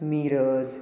Miraj